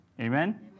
Amen